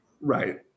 Right